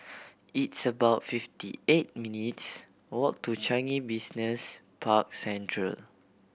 it's about fifty eight minutes' walk to Changi Business Park Central